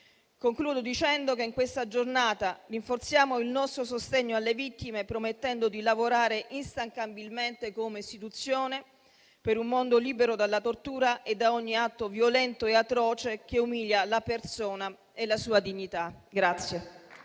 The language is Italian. Concludo dicendo che in questa giornata rinforziamo il nostro sostegno alle vittime, promettendo di lavorare instancabilmente, come istituzione, per un mondo libero dalla tortura e da ogni atto violento e atroce che umilia la persona e la sua dignità.